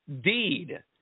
deed